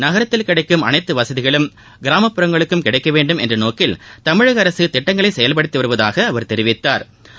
நகரத்தில் கிடைக்கும் அனைத்துவசதிகளும் கிராமப்புறங்களுக்கும் கிடைக்கவேண்டும் என்றநோக்கில் தமிழகஅரசுதிட்டங்களைசெயல்படுத்திவருவதாகஅவா் தெரிவித்தாா்